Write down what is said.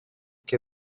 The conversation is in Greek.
και